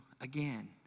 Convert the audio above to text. again